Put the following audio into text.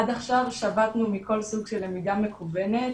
עד עכשיו שבתנו מכל סוג של למידה מקוונת,